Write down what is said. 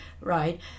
right